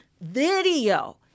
video